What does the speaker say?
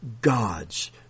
God's